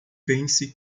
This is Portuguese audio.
pense